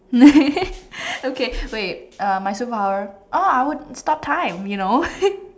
okay wait uh my superpower oh I would stop time you know